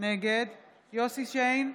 נגד יוסף שיין,